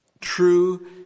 true